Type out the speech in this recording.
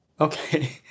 okay